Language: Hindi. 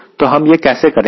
तो हम यह कैसे करेंगे